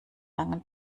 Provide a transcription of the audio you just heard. langen